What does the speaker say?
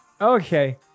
Okay